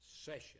session